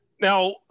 Now